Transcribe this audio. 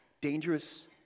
dangerous